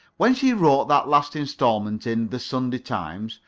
when she wrote that last instalment in the sunday times,